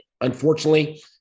unfortunately